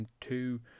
two